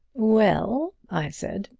well, i said,